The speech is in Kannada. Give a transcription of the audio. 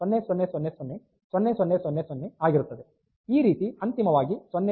ಆದ್ದರಿಂದ ಈ ರೀತಿ ಅಂತಿಮವಾಗಿ 0001